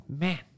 man